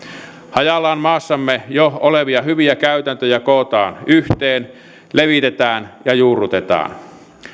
hajallaan maassamme jo olevia hyviä käytäntöjä kootaan yhteen levitetään ja juurrutetaan